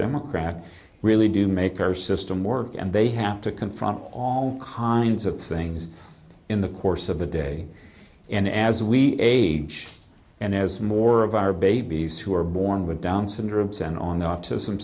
democrat really do make our system work and they have to confront all kinds of things in the course of the day and as we age and as more of our babies who are born with down syndrome and on the